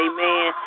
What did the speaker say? Amen